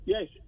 Yes